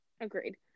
Agreed